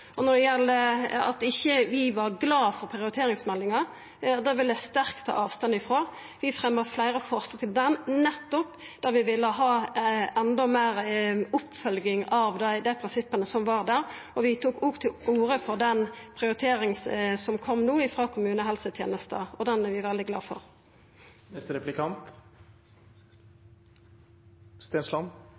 var glad for prioriteringsmeldinga: Det vil eg ta sterkt avstand frå. Vi fremja fleire forslag til ho, nettopp at vi ville ha enda meir oppfølging av dei prinsippa som var der, og vi tok òg til orde for den prioriteringa som kom no, frå kommunehelsetenesta. Den er vi veldig glad for.